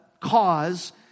cause